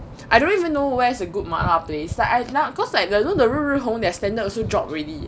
I don't even know where's a good 麻辣 place like I cause like you know the 日日红 their standard also drop already